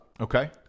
Okay